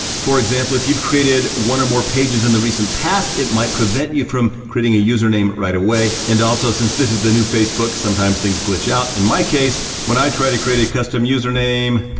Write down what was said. for example, if you've created one or more pages in the recent past, it might prevent you from creating a username right away. and also since this is the new facebook, sometimes things glitch out. in my case, when i try to create a custom username,